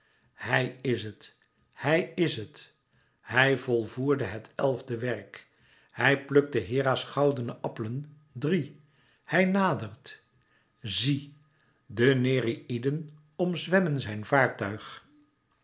hij is het hij is het hij volvoerde het elfde werk hij plukte hera's goudene appelen drie hij nadert zie de nereïden omzwemmen zijn vaartuig